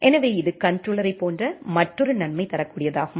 எனவே இது கண்ட்ரோலர்யைப் போன்ற மற்றொரு நன்மையை தரக்கூடியதாகும்